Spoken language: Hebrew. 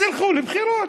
אז לכו לבחירות.